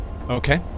Okay